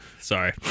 Sorry